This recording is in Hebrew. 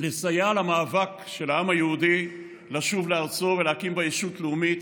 לסייע למאבק של העם היהודי לשוב לארצו ולהקים בה ישות לאומית,